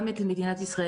גם את מדינת ישראל,